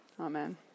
Amen